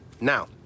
Now